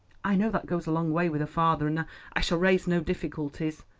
i know that goes a long way with a father, and i shall raise no difficulties.